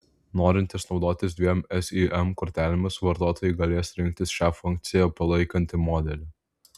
norintys naudotis dviem sim kortelėmis vartotojai galės rinktis šią funkciją palaikantį modelį